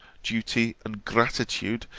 duty, and gratitude,